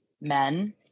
men